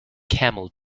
camel